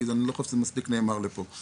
כי אני חושב שזה לא נאמר פה מספיק.